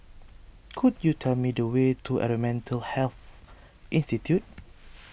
could you tell me the way to Environmental Health Institute